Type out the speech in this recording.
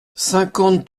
cinquante